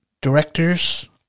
directors